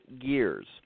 years